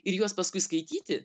ir juos paskui skaityti